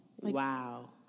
Wow